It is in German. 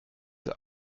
der